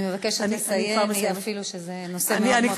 אני מבקשת לסיים, אפילו שזה נושא מאוד מאוד חשוב.